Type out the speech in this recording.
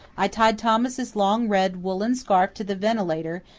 i tied thomas' long red woollen scarf to the ventilator,